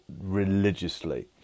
religiously